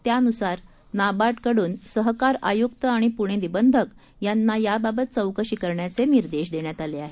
त्यानुसार नाबार्ड कडून सहकार आयुक्त आणि पुणे निबंधक यांना याबाबत चौकशी करण्याचे निर्देश दिले आहेत